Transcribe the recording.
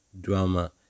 drama